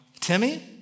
Timmy